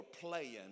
playing